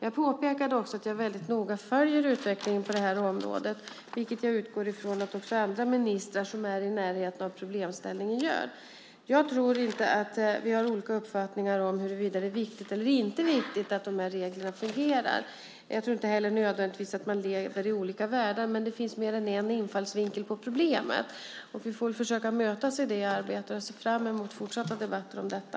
Jag påpekade också att jag väldigt noga följer utvecklingen på detta område, vilket jag utgår från att också andra ministrar som är i närheten av problemställningen gör. Jag tror inte att vi har olika uppfattningar när det gäller om det är viktigt eller inte viktigt att reglerna fungerar. Jag tror inte heller att man nödvändigtvis lever i olika världar, men det finns mer än en infallsvinkel på problemet. Vi får väl försöka mötas i det arbetet, och jag ser fram emot fortsatta debatter om detta.